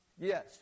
Yes